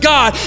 God